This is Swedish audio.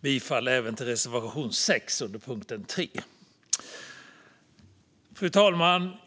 bifall till reservation 6 under punkt 3. Fru talman!